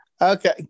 Okay